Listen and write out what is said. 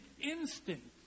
instinct